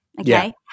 okay